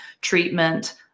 treatment